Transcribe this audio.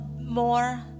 more